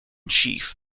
chief